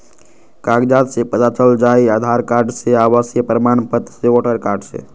कागज से पता चल जाहई, आधार कार्ड से, आवासीय प्रमाण पत्र से, वोटर कार्ड से?